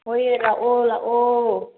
ꯍꯣꯏꯌꯦ ꯂꯥꯛꯑꯣ ꯂꯥꯛꯑꯣ